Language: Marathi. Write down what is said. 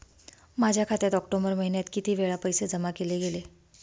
माझ्या खात्यात ऑक्टोबर महिन्यात किती वेळा पैसे जमा केले गेले?